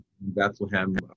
Bethlehem